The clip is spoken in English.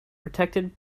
protected